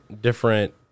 different